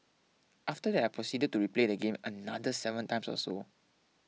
after that I proceeded to replay the game another seven times or so